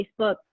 Facebook